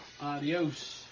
Adios